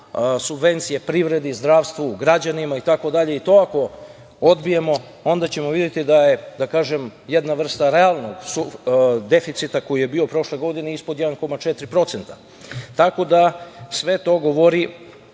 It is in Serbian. subvencije privredi, zdravstvu, građanima itd. To ako odbijemo, onda ćemo videti da je, da kažem, jedna vrsta realnog deficita koji je bio prošle godine, ispod 1,4%. Tako da, sve to govori